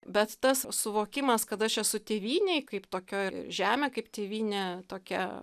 bet tas suvokimas kad aš esu tėvynėj kaip tokioj žemė kaip tėvynė tokia